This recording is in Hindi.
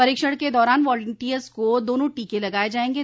परीक्षण के दौरान वालंटियर्स को दोनों टीके लगांए जाएंगे